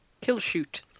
kill-shoot